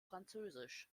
französisch